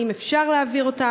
אם אפשר להעביר אותם,